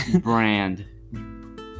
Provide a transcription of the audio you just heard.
brand